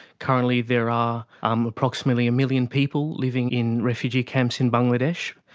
currently there are um approximately a million people living in refugee camps in bangladesh.